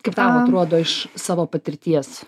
kaip tau atrodo iš savo patirties